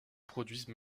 produisent